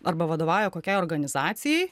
arba vadovauja kokiai organizacijai